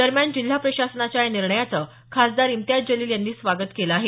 दरम्यान जिल्हा प्रशासनाच्या या निर्णयाचं खासदार इम्तियाज जलिल यांनी स्वागत केलं आहे